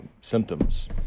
symptoms